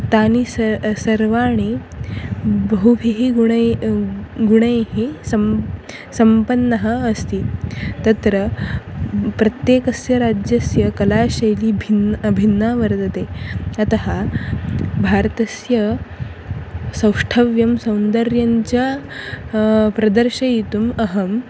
तानि सः सर्वाणि बहुभिः गुणैः गुणैः सह सम्पन्नम् अस्ति तत्र प्रत्येकस्य राज्यस्य कलाशैली भिन्ना भिन्ना वर्तते अतः भारतस्य सौष्ठवं सौन्दर्यञ्च प्रदर्शयितुम् अहम्